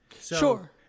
Sure